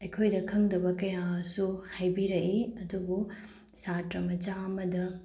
ꯑꯩꯈꯣꯏꯗ ꯈꯪꯗꯕ ꯀꯌꯥꯁꯨ ꯍꯥꯏꯕꯤꯔꯛꯏ ꯑꯗꯨꯕꯨ ꯁꯥꯇ꯭ꯔ ꯃꯆꯥ ꯑꯃꯗ